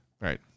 Right